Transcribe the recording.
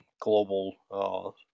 global